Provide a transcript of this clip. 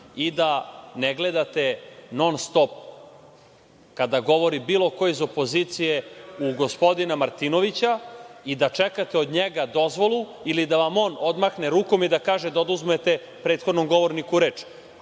i da ne gledate non stop kada govori bilo ko iz opozicije u gospodina Martinovića i da čekate od njega dozvolu ili da vam on odmahne rukom i da kaže da oduzmete prethodnom govorniku reč. Ako